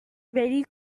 very